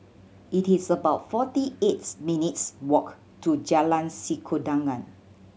it is about forty eights minutes' walk to Jalan Sikudangan